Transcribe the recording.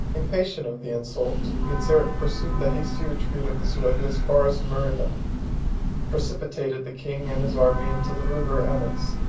impatient of the insult, genseric pursued the hasty retreat of the suevi as far as merida precipitated the king and his army into the river anas,